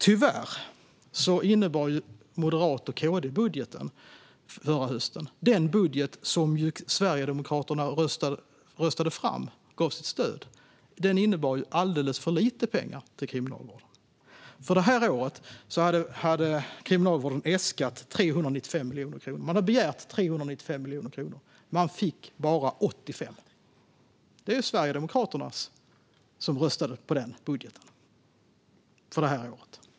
Tyvärr innebar förra höstens M-KD-budget, som Sverigedemokraterna gav sitt stöd till att rösta fram, alldeles för lite pengar till Kriminalvården. För det här året hade Kriminalvården äskat 395 miljoner kronor. Man fick bara 85. Sverigedemokraterna röstade på den budgeten för det här året.